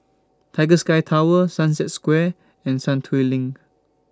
Tiger Sky Tower Sunset Square and Sentul LINK